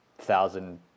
thousand